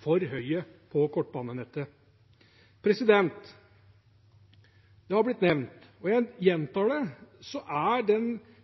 for høye på kortbanenettet. Det har blitt nevnt, og jeg gjentar det, at